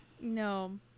no